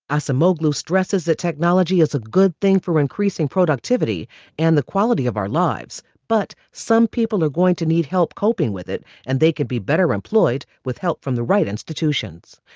acemoglu stresses that technology is a good thing for increasing productivity and the quality of our lives, but some people are going to need help coping with it, and they can be better employed with help from the right institutions.